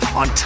on